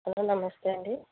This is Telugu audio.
హలో నమస్తే అండి